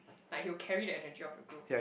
like he will carry the energy of the group